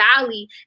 valley